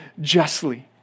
justly